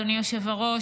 אדוני היושב-ראש,